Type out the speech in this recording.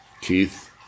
Keith